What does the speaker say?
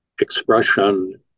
expression